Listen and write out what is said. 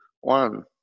one